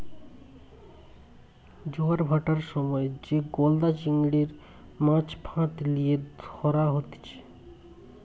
জোয়ার ভাঁটার সময় যে গলদা চিংড়ির, মাছ ফাঁদ লিয়ে ধরা হতিছে